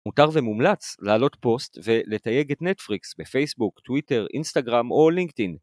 מותר ומומלץ לעלות פוסט ולתייג את נטפליקס בפייסבוק, טוויטר, אינסטגרם או לינקדין.